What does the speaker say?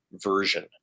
version